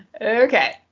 Okay